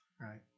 right